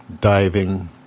diving